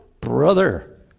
Brother